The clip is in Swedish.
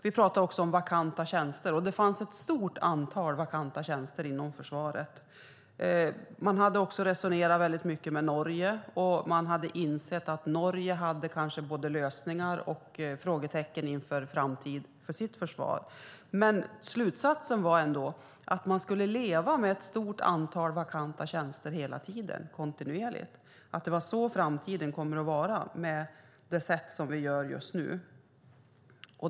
Vi pratade om vakanta tjänster, och det fanns ett stort antal vakanta tjänster inom försvaret. Man hade resonerat mycket med Norge, och man hade insett att Norge kanske hade både lösningar och frågetecken inför framtiden för sitt försvar. Men slutsatsen var ändå att man skulle leva med ett stort antal vakanta tjänster hela tiden, kontinuerligt, att det var så framtiden skulle se ut med tanke på hur vi gör just nu.